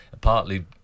Partly